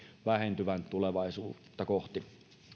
vähentyvän tulevaisuutta kohti